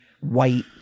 white